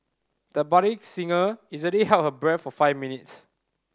the budding singer easily held her breath for five minutes